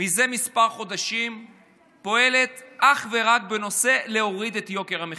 מזה כמה חודשים פועלת אך ורק בנושא הורדת יוקר המחיה.